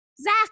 Zach